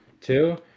two